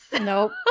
nope